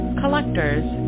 collectors